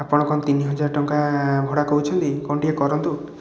ଆପଣ କ'ଣ ତିନିହଜାର ଟଙ୍କା ଭଡ଼ା କହୁଛନ୍ତି କ'ଣ ଟିକେ କରନ୍ତୁ